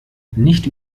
nicht